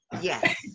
Yes